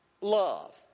love